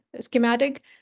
schematic